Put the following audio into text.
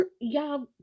y'all